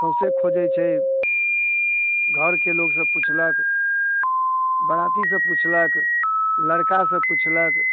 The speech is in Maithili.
सौंसे खोजै छै घरके लोकसँ पुछलक बरातीसँ पुछलक लड़कासँ पुछलक